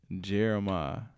Jeremiah